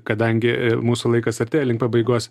kadangi mūsų laikas artėja link pabaigos